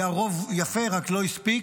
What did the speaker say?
היה רוב יפה, רק לא הספיק.